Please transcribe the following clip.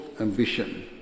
ambition